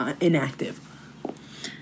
inactive